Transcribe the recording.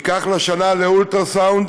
ייקח לה שנה להגיע לאולטרה-סאונד